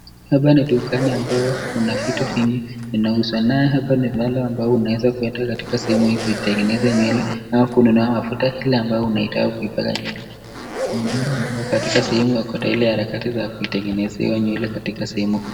Hapa ni dukani ambao kuna vitu vingi vinauzwa naye hapa ni mahali ambapo unaweza kuweka katika sehemu ya kutengeneza nywele au kuipea mafuta ile ambayo unataka wako katika ile harakati ya kutengeneza nywele.